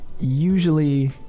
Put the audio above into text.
usually